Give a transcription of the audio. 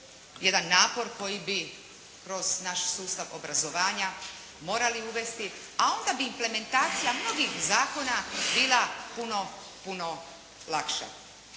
jedan napor koji bi kroz naš sustav obrazovanja morali uvesti a onda bi implementacija mnogih zakona bila puno lakša,